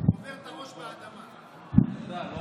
קובר את הראש באדמה, השר